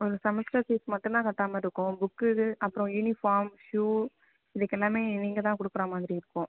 ஒரு semester fees மட்டும் தான் கட்டாமல் இருக்கும் புக்கு இது அப்புறோம் யூனிஃபார்ம் ஷூ இதுக்கு எல்லாமே நீங்கள் தான் கொடுக்கறா மாதிரி இருக்கும்